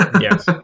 Yes